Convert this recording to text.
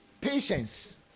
patience